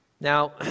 Now